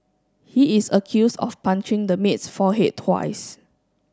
he is accused of punching the maid's forehead twice